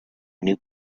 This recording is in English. new